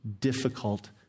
difficult